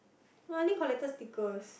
no I only collected stickers